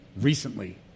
recently